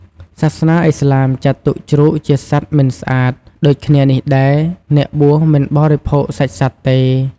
សាសនាឥស្លាមចាត់ទុកជ្រូកជាសត្វមិនស្អាត ដូចគ្នានេះដែរ អ្នកបួសមិនបរិភោគសាច់សត្វទេ។